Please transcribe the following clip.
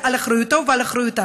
זה על אחריותו ועל אחריותה.